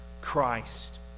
Christ